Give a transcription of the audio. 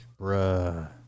Bruh